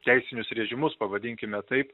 teisinius režimus pavadinkime taip